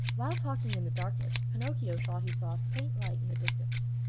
while talking in the darkness, pinocchio thought he saw a faint light in the distance.